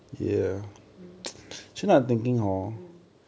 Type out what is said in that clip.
mm mm